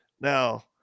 now